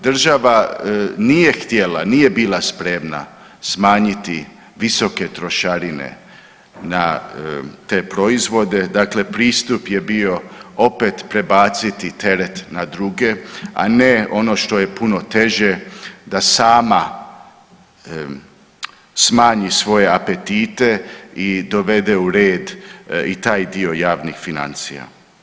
Država nije htjela, nije bila spremna smanjiti visoke trošarine na te proizvode, dakle pristup je bio opet prebaciti teret na druge, a ne ono što je puno teže da sama smanji svoje apetite i dovede u red i taj dio javnih financija.